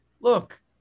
look